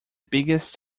biggest